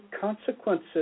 consequences